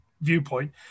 viewpoint